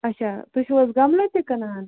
اچھا تُہۍ چھُو حظ گملہٕ تہِ کٕنان